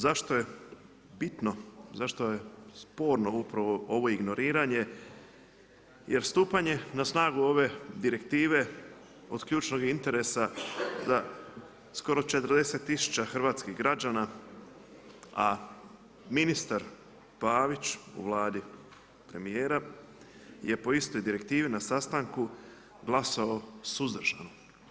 Zašto je bitno, zašto je sporno upravo ovo ignoriranje jer stupanjem na snagu ove direktive od ključnog je interesa za skoro 40 tisuća hrvatskih građana, a ministar Pavić u vladi premijera je po istoj direktivi na sastanku glasao suzdržano.